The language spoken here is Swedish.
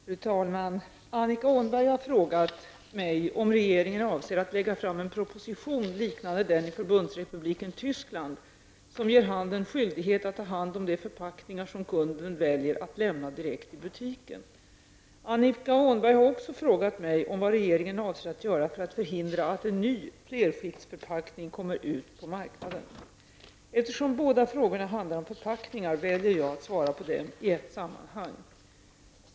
Fru talman! Annika Åhnberg har frågat mig om regeringen avser att lägga fram en proposition liknande den i Förbundsrepubliken Tyskland som ger handeln skyldighet att ta hand om de förpackningar som kunden väljer att lämna direkt i butiken. Annika Åhnberg har också frågat mig om vad regeringen avser att göra för att förhindra att en ny flerskiktsförpackning kommer ut på marknaden. Eftersom båda frågorna handlar om förpackningar väljer jag att svara på dem i ett sammanhang.